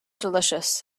delicious